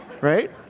Right